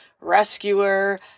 rescuer